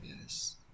Yes